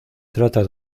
trata